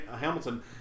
Hamilton